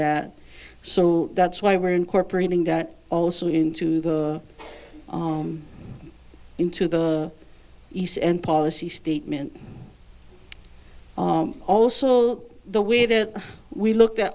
that so that's why we're incorporating that also into the into the east and policy statement also the way that we look at